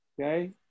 okay